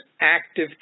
active